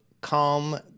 calm